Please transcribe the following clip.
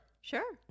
Sure